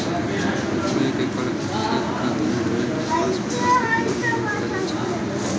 दू एकड़ खेत खातिर नाइट्रोजन फास्फोरस पोटाश केतना उपयोग करे के चाहीं?